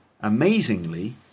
amazingly